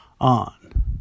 on